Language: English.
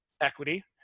equity